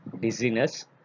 dizziness